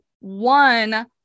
one